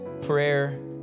prayer